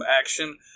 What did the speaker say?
action